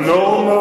הצביעות.